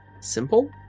simple